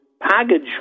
package